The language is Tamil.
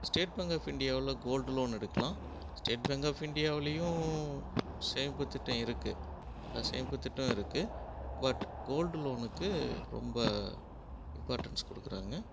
ஸ்டேட் பேங்க் ஆஃப் இண்டியாவில் கோல்டு லோன் எடுக்கலாம் ஸ்டேட் பேங்க் ஆஃப் இண்டியாவுலேயும் சேமிப்புத் திட்டம் இருக்குது எல்லா சேமிப்புத் திட்டம் இருக்குது பட் கோல்டு லோனுக்கு ரொம்ப இம்பார்ட்டன்ஸ் கொடுக்குறாங்க